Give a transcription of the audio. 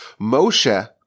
Moshe